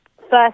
first